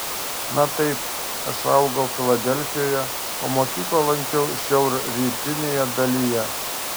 na taip aš augau filadelfijoje o mokyklą lankiau šiaurrytinėje dalyje